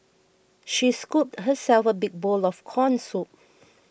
she scooped herself a big bowl of Corn Soup